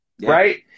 Right